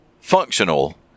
functional